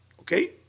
okay